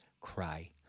cry